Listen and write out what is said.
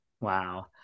Wow